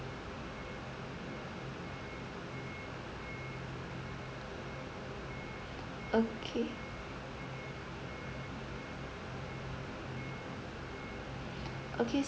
okay okay